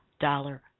dollar